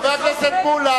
חבר הכנסת מולה.